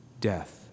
death